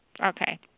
Okay